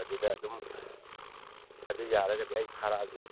ꯑꯗꯨꯗ ꯑꯗꯨꯝ ꯑꯗꯨ ꯌꯥꯔꯒꯗꯤ ꯑꯩ ꯊꯥꯔꯛꯂꯒꯦ